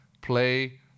play